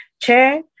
chair